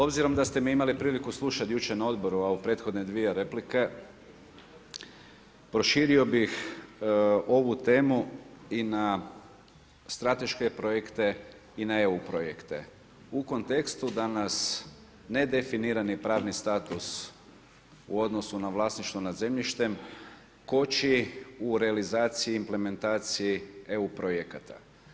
Obzirom da ste me imali priliku slušati jučer na odboru, a u prethodne dvije replike proširio bih ovu temu i na strateške projekte i na eu projekte u kontekstu da nas ne definirani pravni status u odnosu na vlasništvo nad zemljištem koči u realizaciji i implementaciji eu projekata.